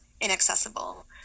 inaccessible